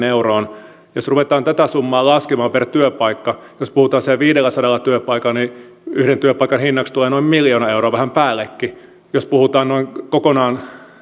euroon ja jos ruvetaan tätä summaa laskemaan per työpaikka niin jos puhutaan viidestäsadasta työpaikasta yhden työpaikan hinnaksi tulee noin miljoona euroa vähän päällekin jos puhutaan kokonaan